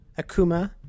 Akuma